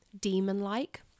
demon-like